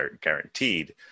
guaranteed